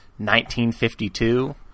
1952